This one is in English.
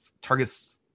targets